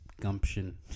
gumption